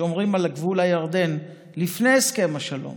שומרים על גבול הירדן, לפני הסכם השלום,